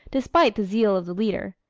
despite the zeal of the leader.